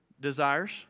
desires